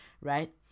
right